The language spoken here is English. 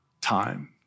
time